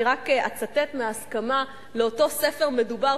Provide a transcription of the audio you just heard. אני רק אצטט מההסכמה לאותו ספר מדובר,